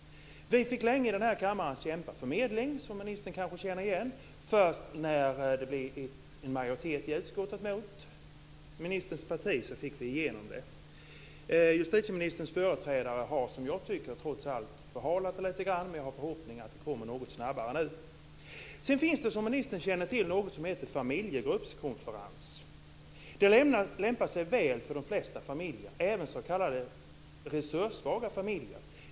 Vi fick länge i den här kammaren kämpa för medling, vilket ministern kanske känner igen. Först när det blivit en majoritet i utskottet mot ministerns parti fick vi igenom det. Justitieministerns företrädare har, som jag tycker, trots allt förhalat det lite grann, men jag har förhoppningen att det kommer något snabbare nu. Sedan finns det som ministern känner till något som heter familjegruppskonferens. Det lämpar sig väl för de flesta familjer, även s.k. resurssvaga familjer.